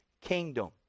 kingdom